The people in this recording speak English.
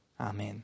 Amen